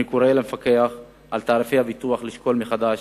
אני קורא למפקח על תעריפי הביטוח לשקול מחדש